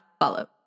follow